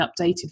updated